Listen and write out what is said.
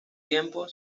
tiempo